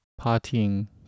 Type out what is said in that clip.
partying